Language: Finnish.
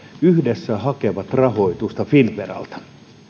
yhdessä hakevat rahoitusta finnveralta